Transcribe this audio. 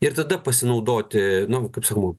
ir tada pasinaudoti nu kaip sakoma